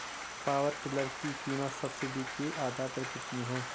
Power tiller की कीमत subsidy के आधार पर कितनी है?